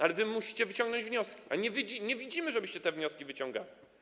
Ale wy musicie wyciągnąć wnioski, a nie widzimy, żebyście te wnioski wyciągali.